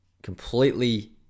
completely